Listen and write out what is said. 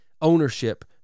ownership